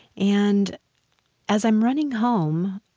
and as i'm running home,